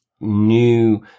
new